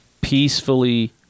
Peacefully